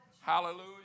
Hallelujah